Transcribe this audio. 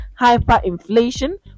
hyperinflation